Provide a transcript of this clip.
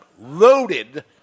loaded